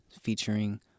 featuring